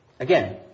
Again